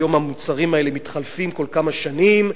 היום המוצרים האלה מתחלפים כל כמה שנים.